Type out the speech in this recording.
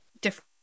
different